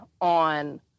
on